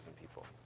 people